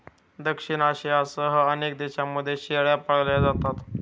दक्षिण आशियासह अनेक देशांमध्ये शेळ्या पाळल्या जातात